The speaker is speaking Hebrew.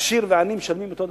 עשיר ועני משלמים אותו דבר,